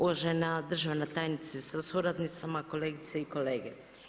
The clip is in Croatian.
Uvažena državna tajnice sa suradnicama, kolegice i kolege.